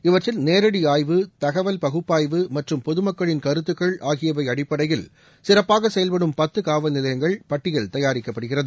இவற்றில் நேரடி ஆய்வு தகவல் பகுப்பாய்வு மற்றும் பொதுமக்களின் கருத்துக்கள் ஆகியவை அடிப்படையில் சிறப்பாக செயல்படும் பத்து காவல் நிலையங்கள் பட்டியல் தயாரிக்கப்படுகிறது